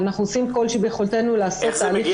אבל אנחנו עושים כל שביכולתנו לעשות תהליך